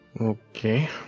Okay